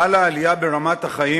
חלה עלייה ברמת החיים,